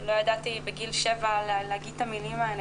לא ידעתי בגיל 7 להגיד את המילים האלה,